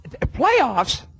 Playoffs